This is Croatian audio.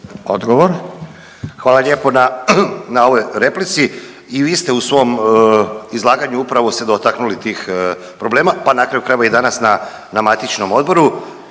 (HDZ)** Hvala lijepo na ovoj replici. I vi ste u svom izlaganju upravo se dotaknuli tih problema, pa na kraju krajeva i danas na matičnom odboru.